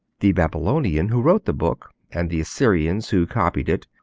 the babylonian who wrote the book, and the assyrians who copied it,